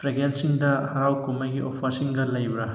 ꯐ꯭ꯔꯦꯒ꯭ꯔꯦꯟꯁꯤꯡꯗ ꯍꯔꯥꯎ ꯀꯨꯝꯍꯩꯒꯤ ꯑꯣꯐꯔꯁꯤꯡꯒ ꯂꯩꯕ꯭ꯔꯥ